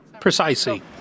Precisely